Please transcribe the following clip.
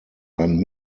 ein